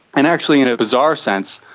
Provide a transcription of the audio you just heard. and actually, in a bizarre sense,